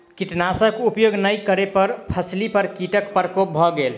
कीटनाशक उपयोग नै करै पर फसिली पर कीटक प्रकोप भ गेल